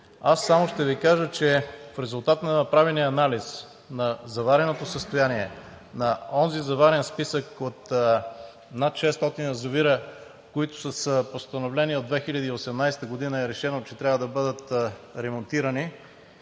Аз само ще Ви кажа, че в резултат на направения анализ на завареното състояние на онзи заварен списък от над 600 язовира, за които с постановление от 2018 г. е решено, че трябва да бъдат ремонтирани